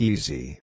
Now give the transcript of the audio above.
Easy